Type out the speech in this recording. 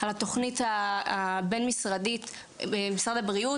על התוכנית הבין משרדית של משרד החינוך,